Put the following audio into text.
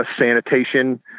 sanitation